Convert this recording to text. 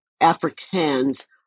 Africans